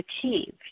achieved